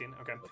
okay